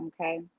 okay